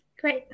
Great